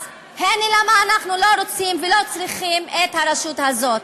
אז הנה למה אנחנו לא רוצים ולא צריכים את הרשות הזאת.